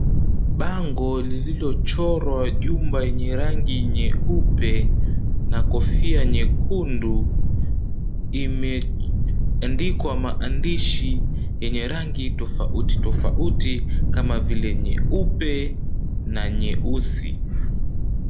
Bango liliochorwa jumba yenye rangi nyeupe na kofia nyekundu, imeandikwa maandishi yenye rangi tofauti tofauti kama vile nyeupe na nyeusi.